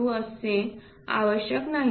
02 असणे आवश्यक नाही